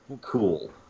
Cool